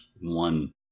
one